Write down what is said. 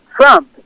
Trump